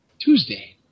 Tuesday